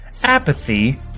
apathy